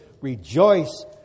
Rejoice